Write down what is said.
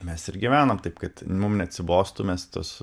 mes ir gyvenam taip kad mum neatsibostų mes tuos